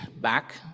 back